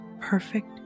perfect